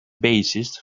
bassist